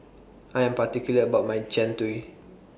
I Am particular about My Jian Dui